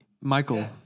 Michael